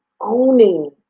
owning